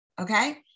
okay